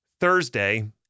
Thursday